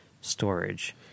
storage